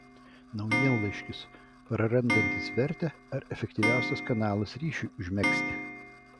naujienlaiškis prarandantis vertę ar efektyviausias kanalas ryšiui užmegzti